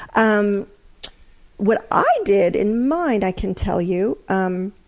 um what i did, in mine, i can tell you um